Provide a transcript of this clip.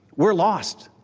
we're lost.